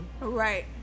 Right